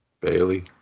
Bailey